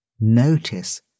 notice